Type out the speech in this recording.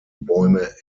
bäume